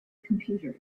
computer